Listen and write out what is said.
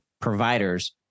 providers